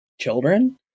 children